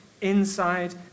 inside